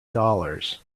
dollars